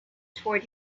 toward